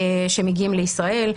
שמגיעים לישראל,